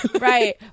right